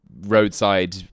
roadside